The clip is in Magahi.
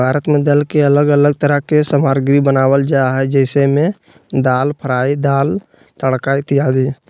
भारत में दाल के अलग अलग तरह के सामग्री बनावल जा हइ जैसे में दाल फ्राई, दाल तड़का इत्यादि